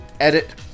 edit